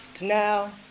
now